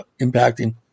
impacting